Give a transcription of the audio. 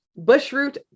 Bushroot